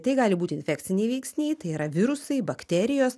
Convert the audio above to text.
tai gali būti infekciniai veiksniai tai yra virusai bakterijos